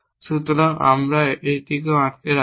সুতরাং আমরা এটিকেও আটকে রাখব